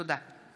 תודה.